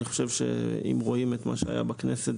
אני חושב שאם רואים את מה שהיה בכנסת